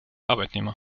arbeitnehmer